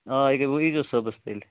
آ یہِ کیٛاہ وۅنۍ ییٖزیٚو صُبحس تیٚلہِ